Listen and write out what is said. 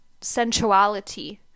sensuality